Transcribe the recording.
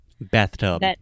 Bathtub